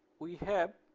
we have